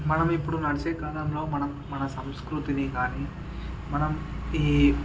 మనం ఇప్పుడు నడిచే కాలంలో మనం మన సంస్కృతిని కానీ మనం ఈ